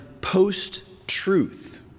post-truth